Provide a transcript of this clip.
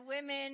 women